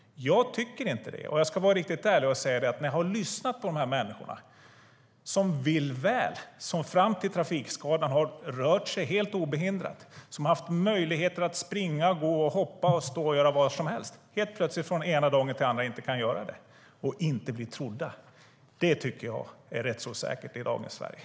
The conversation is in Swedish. Jag tycker inte det. Och jag ska vara riktigt ärlig och säga att när de här människorna - som vill väl, som fram till trafikskadan har rört sig helt obehindrat, som har kunnat springa, gå, hoppa, stå och göra vad som helst men helt plötsligt från den ena dagen till den andra inte kan göra det - inte blir trodda är det något som gör att det är rättsosäkert i dagens Sverige.